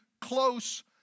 close